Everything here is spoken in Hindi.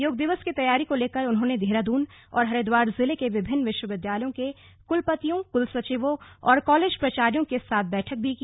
योग दिवस की तैयारी को लेकर उन्होंने देहरादून और हरिद्वार जिले के विभिन्न विश्विविद्यालयों के कुलपतियों कुलसचिवों और कॉलेज प्राचार्यो के साथ बैठक भी की